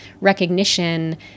recognition